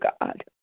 God